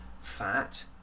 fat